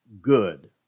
good